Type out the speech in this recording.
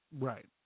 Right